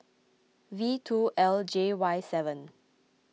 V two L J Y seven